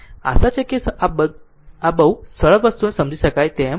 આશા છે કે આ બહુ સરળ વસ્તુને સમજી શકાય તેમ નથી